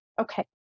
Okay